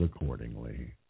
accordingly